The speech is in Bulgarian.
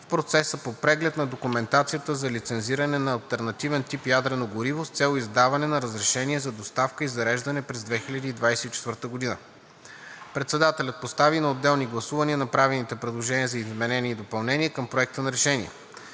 в процеса по преглед на документацията за лицензиране на алтернативен тип ядрено гориво с цел издаване на разрешение за доставка и зареждане през 2024 г.“ Председателят постави на отделни гласувания направените предложения за изменение и допълнение към Проекта на решение.